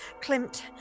Klimt